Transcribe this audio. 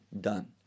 done